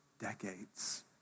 decades